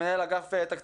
מנהל אגף תקציבים,